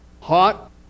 Hot